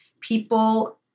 people